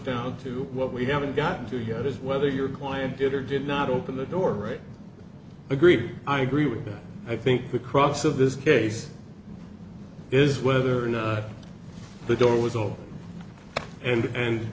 down to what we haven't gotten to yet is whether you're quiet good or did not open the door right agree i agree with that i think the crux of this case is whether or not the door was open ended and